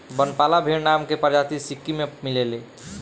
बनपाला भेड़ नाम के प्रजाति सिक्किम में मिलेले